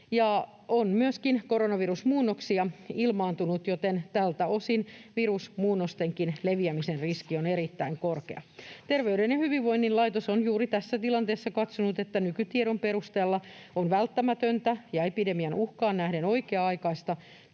koronavirusmuunnoksia, joten tältä osin virusmuunnostenkin leviämisen riski on erittäin korkea. Terveyden ja hyvinvoinnin laitos on juuri tässä tilanteessa katsonut, että nykytiedon perusteella on välttämätöntä ja epidemian uhkaan nähden oikea-aikaista